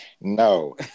No